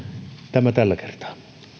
tämä tällä kertaa